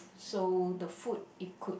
so the food it could